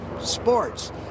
sports